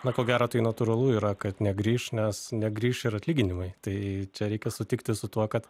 na ko gero tai natūralu yra kad negrįš nes negrįš ir atlyginimai tai čia reikia sutikti su tuo kad